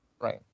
Right